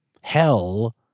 hell